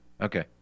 Okay